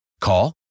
Call